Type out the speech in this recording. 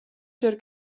ჯერ